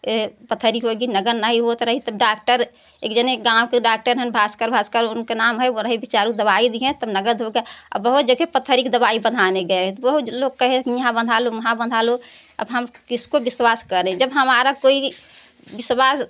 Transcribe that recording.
पथरी होये गई नगद नहीं होयत रही त डाक्टर एक जने एक गाँव के डाक्टर हैं भास्कर भास्कर उनकर नाम है वाराही बेचारे दवाई दिये तब नगद होई के बहुत जगह त पथरी के दवाई बंधाने गये त बहुत लोग कहे की यहाँ बंधा लो वहाँ बंधा लो अब हम किसको विश्वास करें जब हमार कोई विश्वास